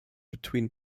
between